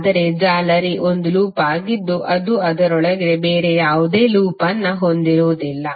ಆದರೆ ಜಾಲರಿ ಒಂದು ಲೂಪ್ ಆಗಿದ್ದು ಅದು ಅದರೊಳಗೆ ಬೇರೆ ಯಾವುದೇ ಲೂಪ್ ಅನ್ನು ಹೊಂದಿರುವುದಿಲ್ಲ